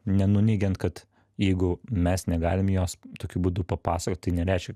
nenuneigiant kad jeigu mes negalim jos tokiu būdu papasakot tai nereiškia